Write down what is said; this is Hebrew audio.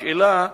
השאלה היא,